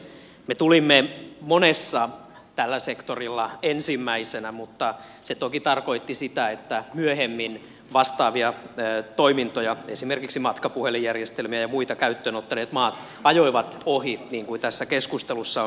me tulimme monessa tällä sektorilla ensimmäisenä mutta se toki tarkoitti sitä että myöhemmin vastaavia toimintoja esimerkiksi matkapuhelinjärjestelmiä ja muita käyttöön ottaneet maat ajoivat ohi niin kuin tässä keskustelussa on esille tullut